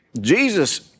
Jesus